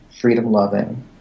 freedom-loving